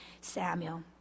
Samuel